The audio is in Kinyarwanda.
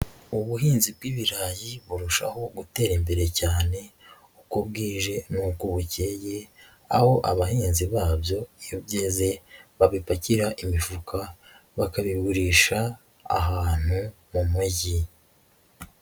Ubuhinzi bw'ibirayi burushaho gutera imbere cyane uko bwije nuko bukeye, aho abahinzi babyo iyo byeze babipakira imifuka, bakabigurisha ahantu mu mujyi.